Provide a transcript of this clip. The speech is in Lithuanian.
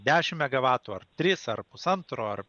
dešim megavatų ar tris ar pusantro ar